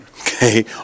Okay